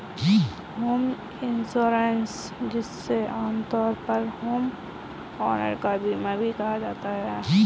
home insurance जिसे आमतौर पर होमओनर का बीमा भी कहा जाता है